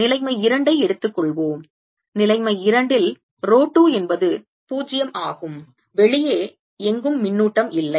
நிலைமை 2 ஐ எடுத்துக் கொள்வோம் நிலைமை 2 ல் ரோ 2 என்பது 0 ஆகும் வெளியே எங்கும் மின்னூட்டம் இல்லை